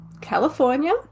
California